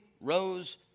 rose